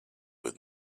with